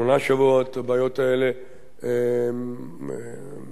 הבעיות האלה כואבות לו.